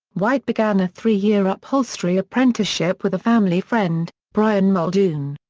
white began a three-year upholstery apprenticeship with a family friend, brian muldoon.